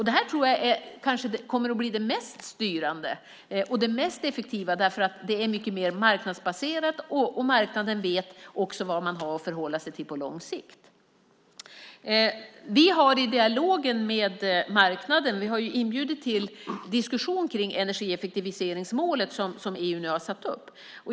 Det tror jag kommer att bli det mest styrande och mest effektiva, för det är mycket mer marknadsbaserat och marknaden vet vad den har att förhålla sig till på lång sikt. Vi har inbjudit marknaden till diskussion om de energieffektiviseringsmål som EU nu satt upp.